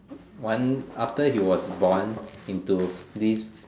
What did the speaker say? one after he was born into this